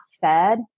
fed